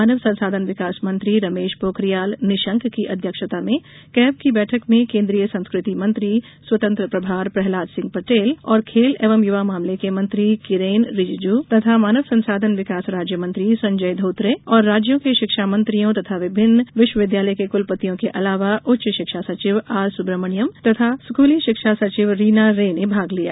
मानव संसाधन विकास मंत्री रमेश पोखरियाल निशंक की अध्यक्षता में केब की बैठक में केंद्रीय संस्कृति मंत्री स्वतंत्र प्रभार प्रह्लाद सिंह पटेल और खेल एवं युवा मामले के मंत्री किरेन रिजिजू तथा मानव संसाधन विकास राज्य मंत्री संजय धोत्रे और राज्यों के शिक्षा मंत्रियों तथा विभिन्न विश्वविद्यालय के क्लपतियों के अलावा उच्च शिक्षा सचिव आर सुब्रह्मणयम तथा स्कूली शिक्षा सचिव रीना रे ने भाग लिया